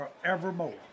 forevermore